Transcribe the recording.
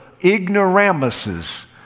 ignoramuses